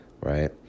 right